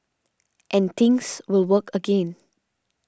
and things will work again